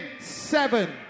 seven